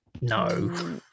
No